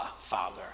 Father